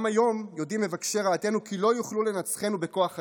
גם היום יודעים מבקשי רעתנו כי לא יוכלו לנצחנו בכוח הזרוע,